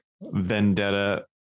vendetta